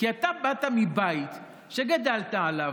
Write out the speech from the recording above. כי אתה באת מבית שגדלת בו,